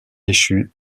échut